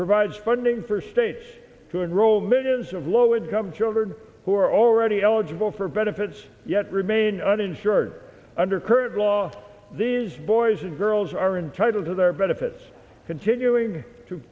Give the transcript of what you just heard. provides funding for states to enroll millions of low income children who are already eligible for benefits yet remain uninsured under current law these boys and girls are entitled to their benefits continuing